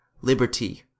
liberty